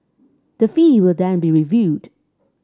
the fee will then be reviewed